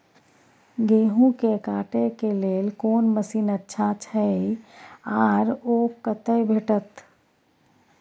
गेहूं के काटे के लेल कोन मसीन अच्छा छै आर ओ कतय भेटत?